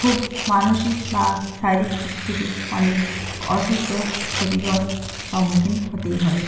খুব মানসিক বা শারীরিক দিক থেকে অনেক অসুস্থ ক্ষতিকর সম্মুকীন হতেই হবে